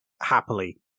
happily